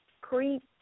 creep